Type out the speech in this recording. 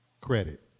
credit